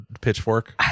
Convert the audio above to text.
pitchfork